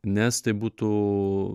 nes tai būtų